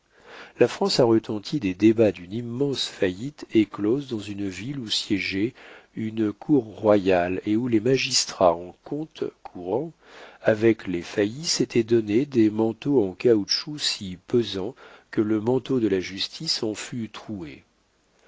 la france a retenti des débats d'une immense faillite éclose dans une ville où siégeait une cour royale et où les magistrats en comptes courants avec les faillis s'étaient donné des manteaux en caoutchouc si pesants que le manteau de la justice en fut